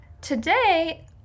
Today